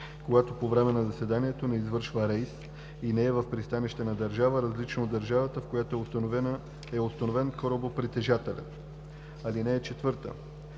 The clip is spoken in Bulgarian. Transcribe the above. когато по време на заседанието не извършва рейс и не е в пристанище на държава, различна от държавата, в която е установен корабопритежателят. (4) При